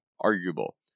arguable